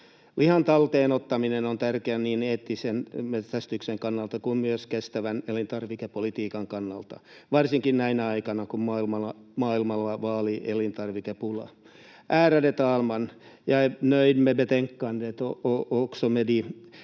Lihan talteen ottaminen on tärkeää niin eettisen metsästyksen kannalta kuin myös kestävän elintarvikepolitiikan kannalta — varsinkin näinä aikoina, kun maailmalla vallitsee elintarvikepula. Ärade talman! Jag är nöjd med betänkandet och